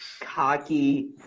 cocky